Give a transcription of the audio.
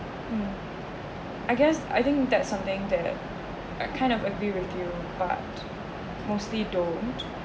mm I guess I think that's something that I kind of agree with you but mostly don't